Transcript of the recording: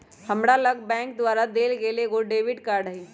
हमरा लग बैंक द्वारा देल गेल एगो डेबिट कार्ड हइ